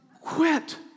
Quit